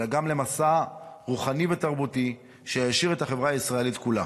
אלא גם למסע רוחני ותרבותי שהעשיר את החברה הישראלית כולה.